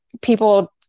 people